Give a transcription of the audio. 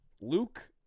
luke